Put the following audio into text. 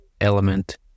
element